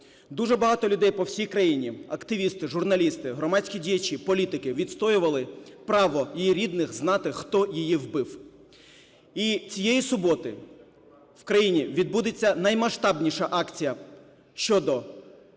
Дуже багато людей по всій країні: активісти, журналісти, громадські діячі, політики - відстоювали право її рідних знати, хто її вбив. І цієї суботи в країні відбудеться наймасштабніша акція щодо